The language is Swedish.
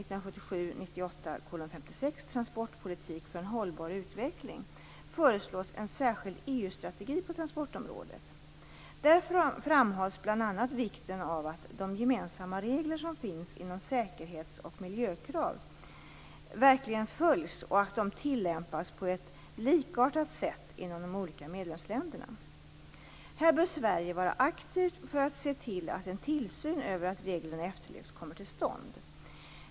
EU-strategi på transportområdet. Där framhålls bl.a. vikten av att de gemensamma regler som finns om säkerhets och miljökrav verkligen följs och att de tillämpas på ett likartat sätt inom de olika medlemsländerna. Här bör Sverige vara aktivt för att se till att en tillsyn över att reglerna efterlevs kommer till stånd.